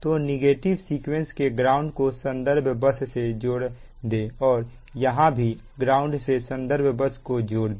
तो negative sequence के ground को संदर्भ बस से जोड़ दें और यहां भी ग्राउंड से संदर्भ बस को जोड़ दें